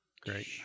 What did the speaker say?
Great